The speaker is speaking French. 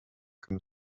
comme